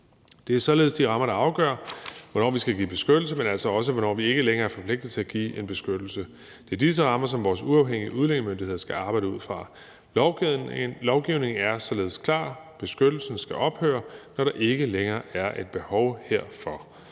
Det er således de rammer, der afgør, hvornår vi skal give beskyttelse, men altså også, hvornår vi ikke længere er forpligtet til at give en beskyttelse. Det er disse rammer, som vores uafhængige udlændingemyndigheder skal arbejde ud fra. Lovgivningen er således klar: Beskyttelsen skal ophøre, når der ikke længere er et behov herfor.